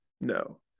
No